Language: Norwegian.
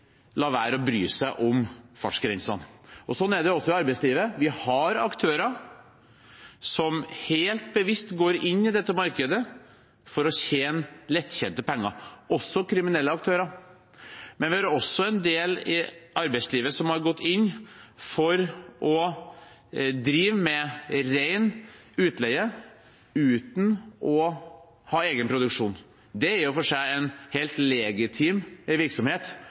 la være å bry seg om fartsgrensene. Slik er det også i arbeidslivet: Vi har aktører som helt bevisst går inn i dette markedet for å tjene lettjente penger, også kriminelle aktører. Men vi har også en del i arbeidslivet som har gått inn for å drive med ren utleie, uten å ha egen produksjon. Det er i og for seg en helt legitim virksomhet,